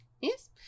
yes